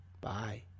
Bye